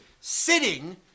sitting